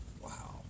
Wow